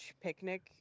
picnic